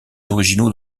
originaux